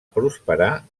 prosperar